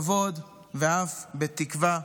כבוד ואף בתקווה,